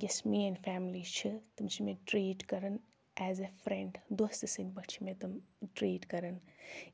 یۄس میٲنۍ فیملی چھِ تِم چھِ مےٚ ٹرٛیٖٹ کران ایز اےٛ فرٛیٚنڈ دوستہٕ سٕندۍ پٲٹھۍ چھِ مےٚ تِم ٹرٛیٖٹ کران